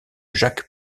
jacques